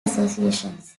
associations